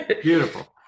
beautiful